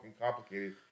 complicated